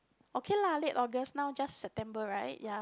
okay lah late August now just September right ya